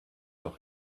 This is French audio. leur